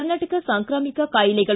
ಕರ್ನಾಟಕ ಸಾಂಕ್ರಾಮಿಕ ಕಾಯಿಲೆಗಳು